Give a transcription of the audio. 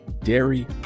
dairy